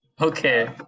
Okay